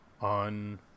on